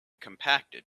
compacted